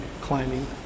climbing